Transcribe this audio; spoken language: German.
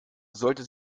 sollte